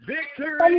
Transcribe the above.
Victory